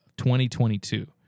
2022